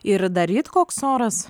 ir dar ryt koks oras